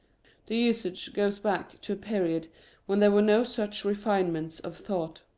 the usage goes back to a period when there were no such refinements of thought.